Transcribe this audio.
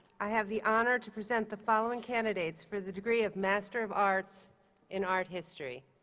i have the honor to present the following candidates for the degree of master of arts in art history.